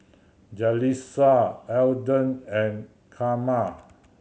Jalissa Alden and Carma